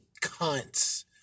cunts